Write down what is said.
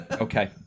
Okay